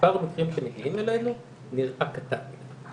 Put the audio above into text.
שמספר המקרים שמגיעים אלינו נראה קטן.